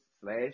slash